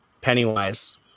Pennywise